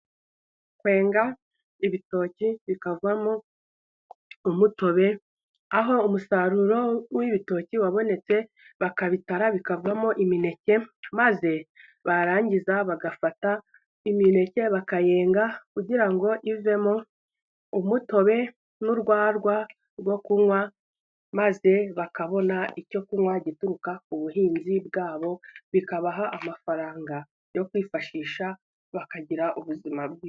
Kwenga ibitoki bikavamo umutobe aho umusaruro w'ibitoki wabonetse, bakabitara bikavamo imineke maze barangiza bagafata imineke bakayenga kugira ngo ivemo umutobe n'urwagwa rwo kunywa, maze bakabona icyo kunywa gituruka ku buhinzi bwabo ,bikabaha amafaranga yo kwifashisha bakagira ubuzima bwiza.